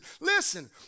Listen